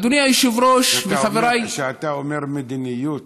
אדוני היושב-ראש וחבריי, כשאתה אומר מדיניות